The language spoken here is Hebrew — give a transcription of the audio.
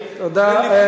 תודה.